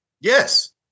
Yes